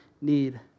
need